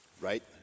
right